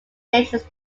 nations